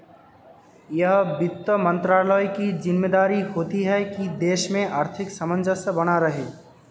यह वित्त मंत्रालय की ज़िम्मेदारी होती है की देश में आर्थिक सामंजस्य बना रहे